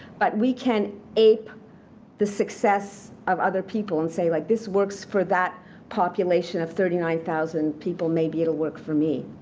but we can ape the success of other people and say, like this works for that population of thirty nine thousand people. maybe it'll work for me.